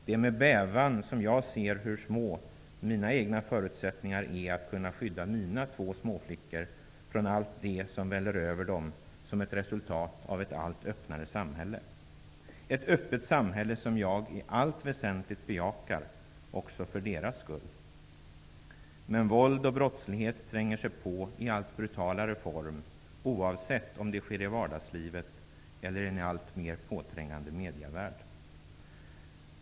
Det är med bävan jag ser hur små mina egna förutsättningar är att kunna skydda mina två småflickor från allt det som väller över dem som ett resultat av ett allt öppnare samhälle -- ett öppet samhälle som jag i allt väsentligt bejakar också för deras skull. Våld och brottslighet tränger sig på i allt brutalare form, oavsett om det sker i vardagslivet eller i en alltmer påträngande medievärld.